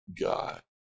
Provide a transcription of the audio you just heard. God